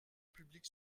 publique